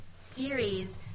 series